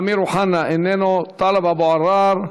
אמיר אוחנה, איננו, טאלב אבו עראר,